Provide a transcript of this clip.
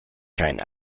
keinen